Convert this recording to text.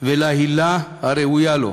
ולהילה הראויים לו,